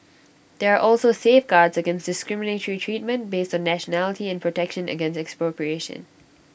there are also safeguards against discriminatory treatment based on nationality and protection against expropriation